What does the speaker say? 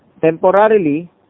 temporarily